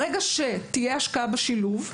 ברגע שתהיה השקעה בשילוב,